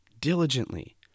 diligently